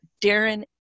Darren